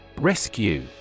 Rescue